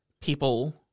people